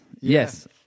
yes